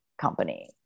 company